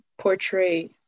Portray